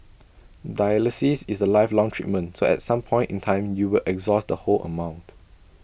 dialysis is A lifelong treatment so at some point in time you will exhaust the whole amount